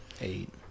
eight